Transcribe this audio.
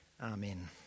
Amen